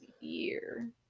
year